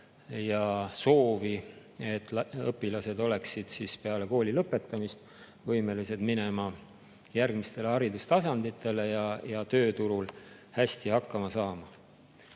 ja soovi, et õpilased oleksid peale kooli lõpetamist võimelised minema järgmistele haridustasanditele ja tööturul hästi hakkama saama.